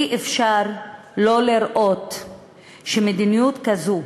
אי-אפשר לא לראות שמדיניות כזו,